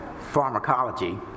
pharmacology